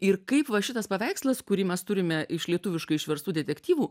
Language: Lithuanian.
ir kaip va šitas paveikslas kurį mes turime iš lietuviškai išverstų detektyvų